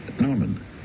Norman